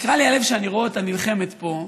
נקרע לי הלב כשאני רואה אותה נלחמת פה,